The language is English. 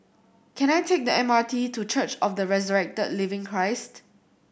can I take the M R T to Church of the Resurrected Living Christ